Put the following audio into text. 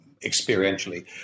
experientially